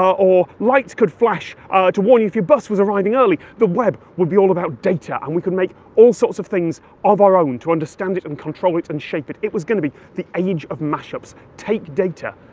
or lights could flash to warn you if your bus was arriving early! the web would be all about data, and we could make all sorts of things of our own to understand it and control it and shape it. it was going to be the age of mashups take data,